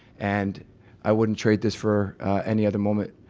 and i wouldn't trade this for any other moment,